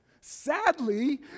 Sadly